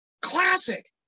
Classic